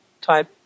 type